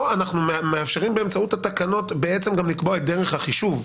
פה אנחנו מאפשרים באמצעות התקנות בעצם גם לקבוע את דרך החישוב,